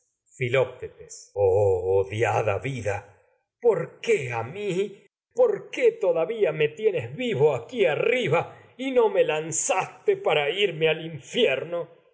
filoctetes oh odiada vida por qué mi por qué todavía me zaste tienes al las vivo aquí arriba y no me lan de para irme infierno